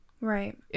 right